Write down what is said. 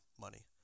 money